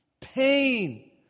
Pain